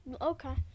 okay